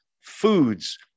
foods